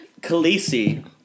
Khaleesi